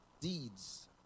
deeds